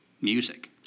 music